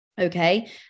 okay